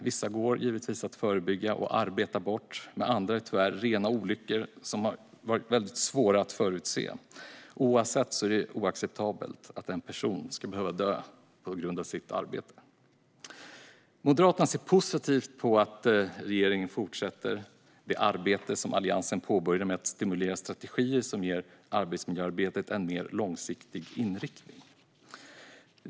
Vissa går givetvis att förebygga och arbeta bort. Men andra är tyvärr rena olyckor som har varit mycket svåra att förutse. Oavsett vilket är det oacceptabelt att en person ska behöva dö på grund av sitt arbete. Moderaterna ser positivt på att regeringen fortsätter med det arbete som Alliansen påbörjade med att stimulera strategier som ger arbetsmiljöarbetet en mer långsiktig inriktning.